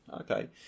Okay